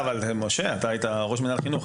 משה, אתה היית ראש מינהל החינוך.